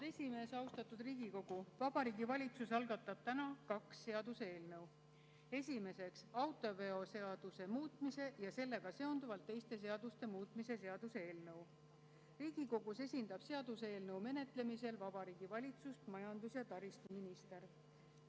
esimees! Austatud Riigikogu! Vabariigi Valitsus algatab täna kaks seaduseelnõu. Esimeseks, autoveoseaduse muutmise ja sellega seonduvalt teiste seaduste muutmise seaduse eelnõu. Riigikogus esindab seaduseelnõu menetlemisel Vabariigi Valitsust majandus- ja taristuminister.